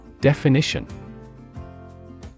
Definition